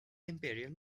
imperial